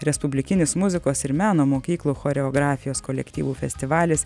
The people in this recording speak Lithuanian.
respublikinis muzikos ir meno mokyklų choreografijos kolektyvų festivalis